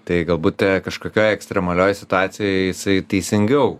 tai galbūt kažkokioj ekstremalioj situacijoj jisai teisingiau